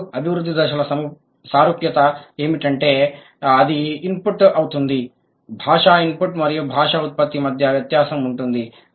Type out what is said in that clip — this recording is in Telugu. రెండు అభివృద్ధి దశల సారూప్యత ఏమిటంటే అది ఇన్పుట్ అవుతుంది భాషా ఇన్పుట్ మరియు భాషా ఉత్పత్తి మధ్య వ్యత్యాసం ఉంటుంది